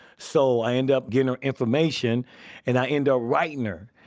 so i end up getting her information and i end up writing her.